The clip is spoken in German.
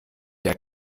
der